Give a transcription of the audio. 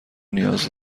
نیاز